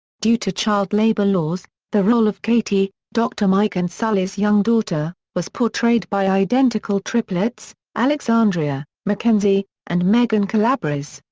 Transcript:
due to child labor laws, the role of katie, dr. mike and sully's young daughter, was portrayed by identical triplets alexandria, mckenzie, and megan calabrese.